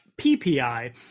PPI